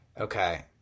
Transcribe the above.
Okay